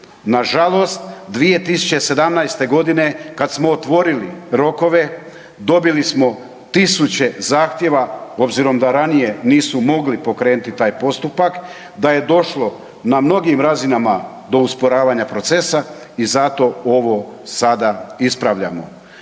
Na žalost 2017. godine kada smo otvorili rokove dobili smo 1000 zahtjeva obzirom da ranije nisu mogli pokrenuti taj postupak, da je došlo na mnogim razinama do usporavanja procesa i zato ovo sada ispravljamo.